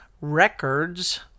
records